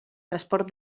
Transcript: transport